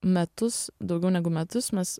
metus daugiau negu metus mes